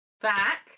back